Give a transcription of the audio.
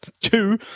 two